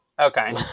Okay